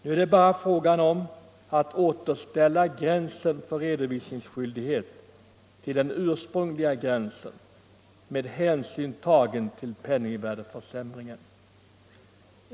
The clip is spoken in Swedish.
Nu är det bara fråga om att återställa gränsen för redovisningsskyldighet till det ursprungliga läget — med hänsyn tagen till penningvärdeförsämringen.